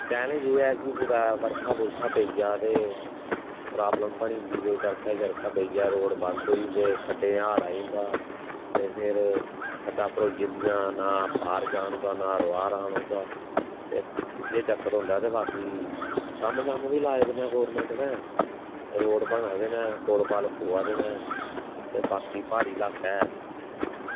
challenge एह् ऐ कि कुदै बर्खा पेई जा ते प्रॉब्लम बनी जंदी कुदै बर्खा पेई जा ते रोड़ बंद होई जंदे खड्डें हाड़ आई जंदा ते फिर खड्डां भरोई जंदियां ते फिर ना पार जाना होंदा ना रुआर आना होंदा ते इयै चक्कर होंदा ते बाकी कम्म बी लाए दे न गौरमेंट नै रोड़ बना दे न पुल पवा दे न ते बाकी प्हाड़ी इलाका ऐ